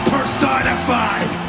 Personified